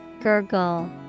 Gurgle